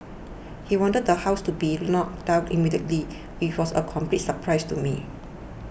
he wanted the house to be knocked down immediately before's a complete surprise to me